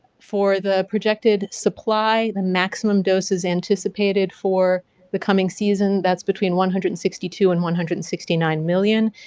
for the projected supply, the maximum doses anticipated for the coming season, that's between one hundred and sixty two and one hundred and sixty nine million.